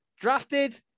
Drafted